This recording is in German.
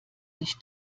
sich